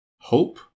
Hope